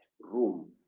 room